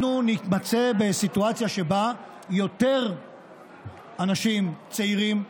אנחנו נימצא בסיטואציה שבה יותר אנשים צעירים,